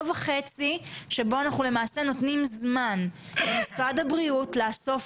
וחצי שבו אנחנו למעשה נותנים זמן למשרד הבריאות לאסוף